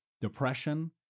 depression